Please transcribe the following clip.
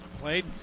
Played